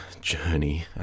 journey